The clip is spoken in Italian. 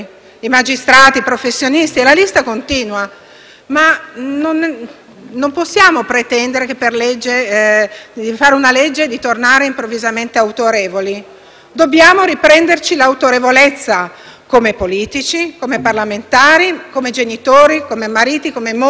Non possiamo pretendere di fare una legge e di tornare improvvisamente autorevoli: dobbiamo riprenderci l'autorevolezza come politici, come parlamentari, come genitori, come mogli, come mariti, come insegnanti e così via. È